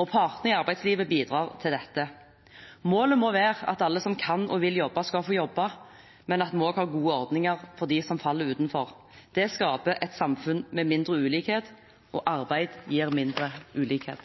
og partene i arbeidslivet bidrar til dette. Målet må være at alle som kan og vil jobbe, skal få jobbe, men at vi også har gode ordninger for dem som faller utenfor. Det skaper et samfunn med mindre ulikhet, og arbeid gir mindre ulikhet.